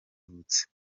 yavutse